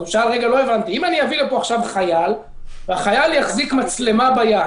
הוא שאל אם הוא יביא לכאן עכשיו חייל והחייל יחזיק מצלמה ביד,